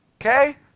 Okay